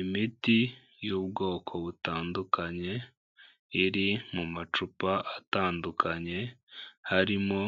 Imiti y'ubwoko butandukanye iri mu macupa atandukanye harimo